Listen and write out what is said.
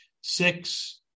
Six